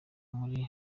muri